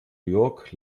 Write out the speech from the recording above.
york